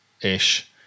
ish